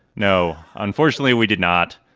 no, unfortunately, we did not.